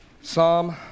Psalm